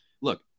Look